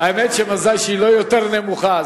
האמת היא שמזל שהיא לא יותר נמוכה.